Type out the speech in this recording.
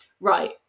right